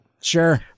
Sure